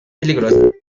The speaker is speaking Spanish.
peligrosa